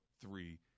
three